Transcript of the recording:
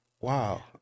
wow